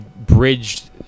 bridged